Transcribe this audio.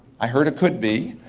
i heard it could be.